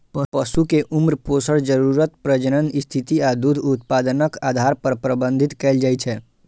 पशु कें उम्र, पोषण जरूरत, प्रजनन स्थिति आ दूध उत्पादनक आधार पर प्रबंधित कैल जाइ छै